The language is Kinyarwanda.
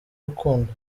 urukundo